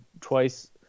twice